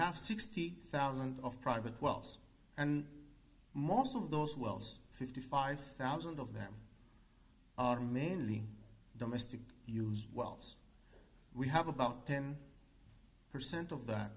have sixty thousand of private wells and most of those wells fifty five thousand of them are mainly domestic wells we have about ten percent of th